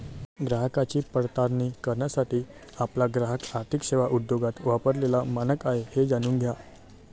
ग्राहकांची पडताळणी करण्यासाठी आपला ग्राहक आर्थिक सेवा उद्योगात वापरलेला मानक आहे हे जाणून घ्या